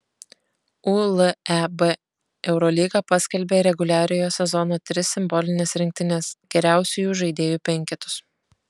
uleb eurolyga paskelbė reguliariojo sezono tris simbolines rinktines geriausiųjų žaidėjų penketus